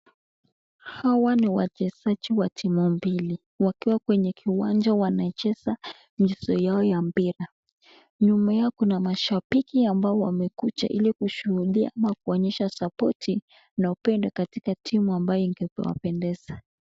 Hawa ni wachezaji watimu mbili, wakiwa kwenye kiwanja wanacheza mchezo yao ya mbira, nyuma yao kuna mashabiki ambao wamekuja ili kushuhudia ama kuonyesha sapoti na upendo katika timu ambaye imewapendeza.